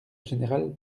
général